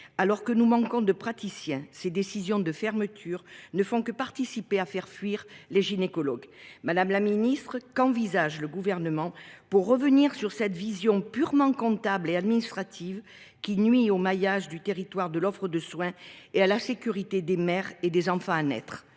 alors que nous manquons de praticiens, ces décisions de fermetures ne font que pousser les gynécologues à fuir. Madame la ministre, qu’envisage le Gouvernement pour revenir sur cette vision purement comptable et administrative de la question, qui nuit au maillage de l’offre de soins et à la sécurité des mères et des enfants à naître ?